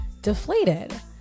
deflated